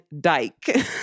dyke